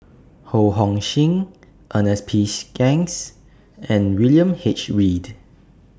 Ho Hong Sing Ernest P Shanks and William H Read